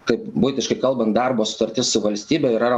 taip buitiškai kalbant darbo sutartis su valstybe yra